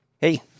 Hey